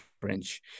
French